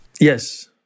Yes